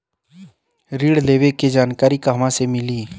ऋण लेवे के जानकारी कहवा से मिली?